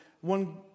one